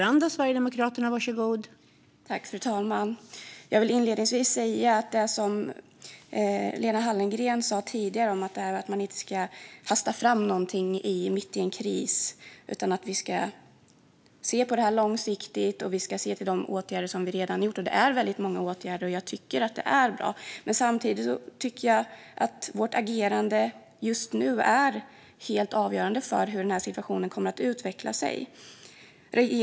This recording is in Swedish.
Fru talman! Lena Hallengren sa att man inte ska hasta fram något mitt i en kris utan se på det långsiktigt och se de åtgärder som redan gjorts. Det är många åtgärder, vilket är bra, men samtidigt är vårt agerande just nu helt avgörande för hur situationen kommer att utveckla sig.